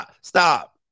stop